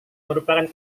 merupakan